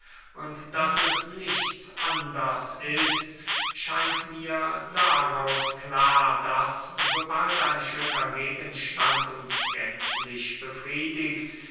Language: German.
und daß es nichts anders ist scheint mir daraus klar daß so bald ein schöner gegenstand uns gänzlich befriedigt